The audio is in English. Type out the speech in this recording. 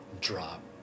drop